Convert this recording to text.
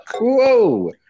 whoa